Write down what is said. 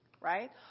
right